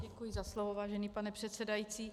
Děkuji za slovo, vážený pane předsedající.